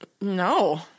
No